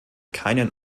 keinen